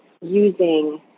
using